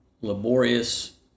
laborious